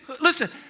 listen